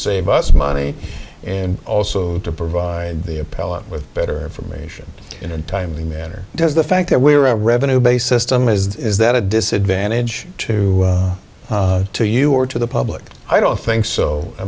save us money and also to provide the appellant with better information in a timely manner does the fact that we're a revenue based system is that a disadvantage to to you or to the public i don't think so i